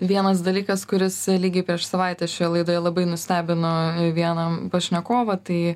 vienas dalykas kuris lygiai prieš savaitę šioje laidoje labai nustebino vieną pašnekovą tai